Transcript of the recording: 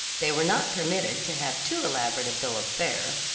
they were not permitted to have too elaborate a bill of fare.